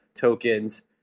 tokens